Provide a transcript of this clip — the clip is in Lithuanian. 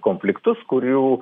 konfliktus kurių